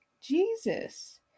Jesus